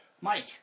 Mike